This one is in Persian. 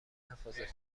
حفاظتی